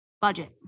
budget